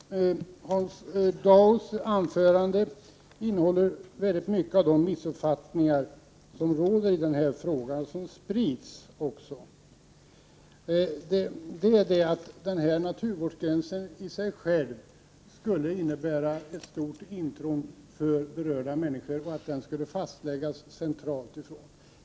Herr talman! Hans Daus anförande innehåller mycket av de missuppfattningar som råder i den här frågan och som också sprids. Denna naturvårdsgräns skulle i sig själv innebära ett stort intrång för berörda människor, och den skulle fastläggas från centralt håll.